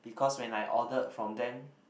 because when I ordered from them